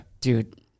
dude